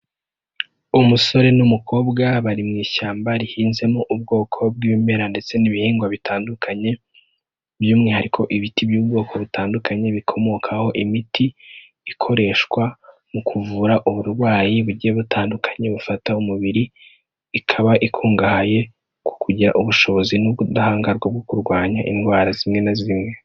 Umusore n'umukobwa bari mu ishyamba rihinzemo ubwoko bw'ibimera, ndetse n'ibihingwa bitandukanye, by'umwihariko ibiti by'ubwoko butandukanye bikomokaho imiti, ikoreshwa mu kuvura uburwayi bugiye butandukanye bufata umubiri, ikaba ikungahaye ku kugira ubushobozi n'ubudahangarwa bwo kurwanya indwara zimwe na zimwe.